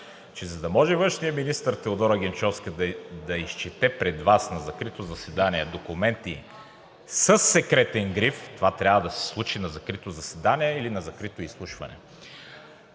че за да може външният министър Теодора Генчовска да изчете пред Вас на закрито заседание документи със секретен гриф, това трябва да се случи на закрито заседание или на закрито изслушване.